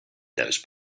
those